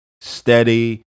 steady